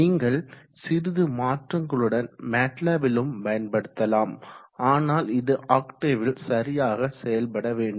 நீங்கள் சிறிது மாற்றங்களுடன் மேட்லேப் லும் பயன்படுத்தலாம் ஆனால் இது ஆக்டேவில் சரியாக செயல்பட வேண்டும்